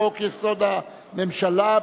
לחוק-יסוד: הממשלה,